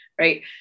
right